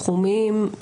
סכומים,